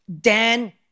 Dan